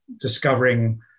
discovering